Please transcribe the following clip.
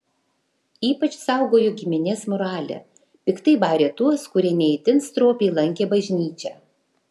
ypač saugojo giminės moralę piktai barė tuos kurie ne itin stropiai lankė bažnyčią